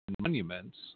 monuments